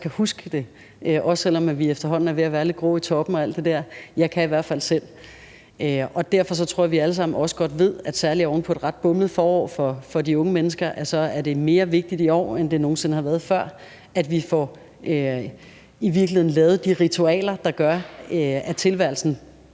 kan huske det, også selv om vi efterhånden er ved at være lidt grå i toppen og alt det der. Jeg kan i hvert fald selv huske det. Derfor tror jeg, at vi allesammen også godt ved, at særlig oven på et ret bommet forår for de unge mennesker er det mere vigtigt i år, end det nogen sinde har været før, at vi får lavet de ritualer, der i virkeligheden gør, at tilværelsen